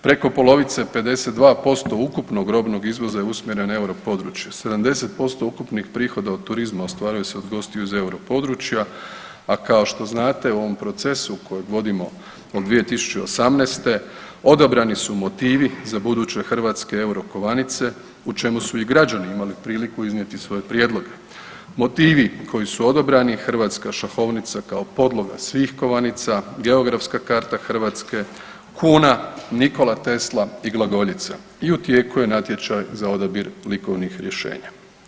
Preko polovice 52% ukupnog robnog izvoza je usmjeren na euro područje, 70% ukupnih prihoda od turizma ostvaruje se od gostiju iz euro područja, a kao što znate u ovom procesu kojeg vodimo od 2018. odabrani su motivi za buduće hrvatske euro kovanice u čemu su i građani imali priliku iznijeti svoj prijedlog, motivi koji su odabrani hrvatska šahovnica kao podloga svih kovanica, geografska karta Hrvatske, kuna, Nikola Tesla i glagoljica i u tijeku je natječaj za odabir likovnih rješenja.